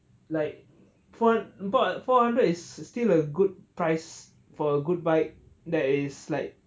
like four empat about four hundred is still a good price for a good bike that is like